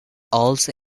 also